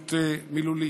אלימות מילולית,